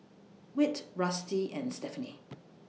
Whit Rusty and Stephaine